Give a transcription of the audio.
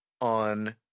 on